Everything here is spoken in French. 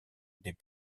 des